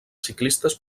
ciclistes